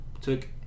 took